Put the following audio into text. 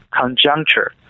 conjuncture